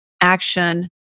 action